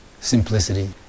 Simplicity